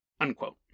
Unquote